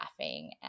laughing